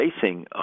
facing